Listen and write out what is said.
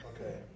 Okay